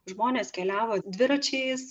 žmonės keliavo dviračiais